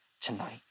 tonight